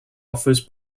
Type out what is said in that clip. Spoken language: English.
offers